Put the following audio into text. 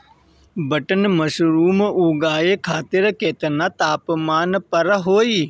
Button mushroom उगावे खातिर केतना तापमान पर होई?